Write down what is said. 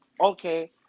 okay